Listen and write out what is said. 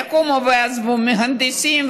יקומו ויעזבו מהנדסים,